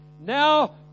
now